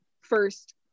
first